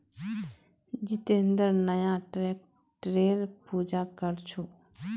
जितेंद्र नया ट्रैक्टरेर पूजा कर छ